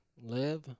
live